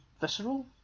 visceral